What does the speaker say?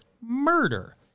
murder